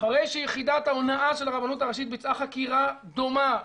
אחרי שיחידת ההונאה של הרבנות הראשית ביצעה חקירה דומה,